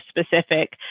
specific